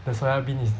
the soya bean is